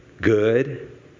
good